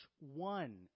one